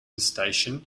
station